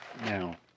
Now